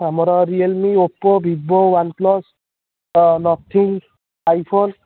ଆମର Realme Oppo Vivo OnePlus Nothing iPhone